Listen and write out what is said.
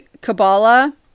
Kabbalah